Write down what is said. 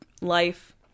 Life